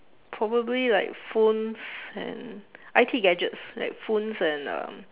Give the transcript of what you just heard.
probably like phones and I_T gadgets like phones and uh